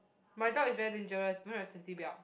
my dog is very dangerous don't have safety belt